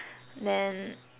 then